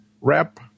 Rep